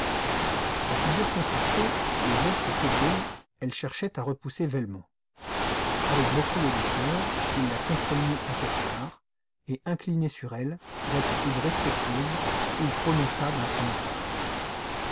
la figure contractée les gestes fébriles elle cherchait à repousser velmont avec beaucoup de douceur il la contraignit à s'asseoir et incliné sur elle l'attitude respectueuse il prononça d'un ton grave